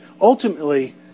ultimately